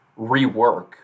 rework